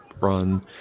run